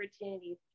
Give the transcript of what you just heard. opportunities